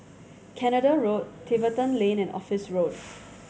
Canada Road Tiverton Lane and Office Road